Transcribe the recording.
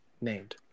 named